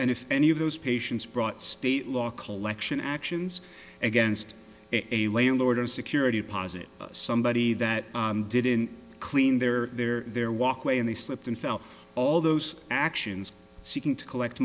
and if any of those patients brought state law collection actions against a landlord or security posit somebody that didn't clean their their they're walkway and they slipped and fell all those actions seeking to collect